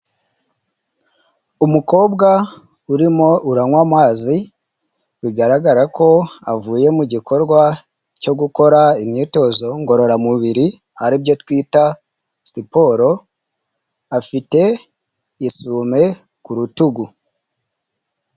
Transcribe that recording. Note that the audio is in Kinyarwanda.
Umukobwa urimo uranywa amazi bigaragara ko avuye mu gikorwa cyo gukora imyitozo ngororamubiri aribyo twita siporo afite isume ku rutugu.